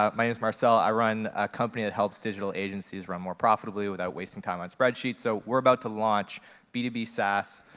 um my name is marcel. i run a company that helps digital agencies run more profitably without wasting time on spreadsheets. so we're about to launch b two b sass.